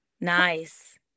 Nice